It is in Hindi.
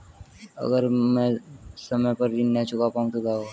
अगर म ैं समय पर ऋण न चुका पाउँ तो क्या होगा?